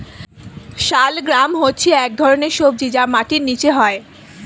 শালগ্রাম হচ্ছে এক ধরনের সবজি যা মাটির নিচে হয়